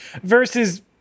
Versus